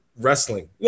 wrestling